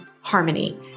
harmony